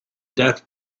death